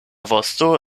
vosto